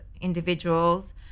individuals